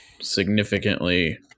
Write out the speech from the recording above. Significantly